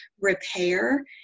repair